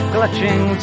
Clutching